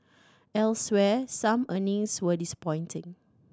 elsewhere some earnings were disappointing